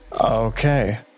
Okay